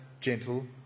gentle